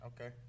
Okay